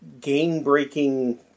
game-breaking